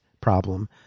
problem